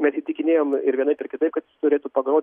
mes įtikinėjom ir vienaip ir kitaip kad jis turėtų pagrot